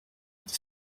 ati